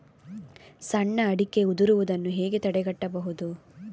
ಸಣ್ಣ ಅಡಿಕೆ ಉದುರುದನ್ನು ಹೇಗೆ ತಡೆಗಟ್ಟಬಹುದು?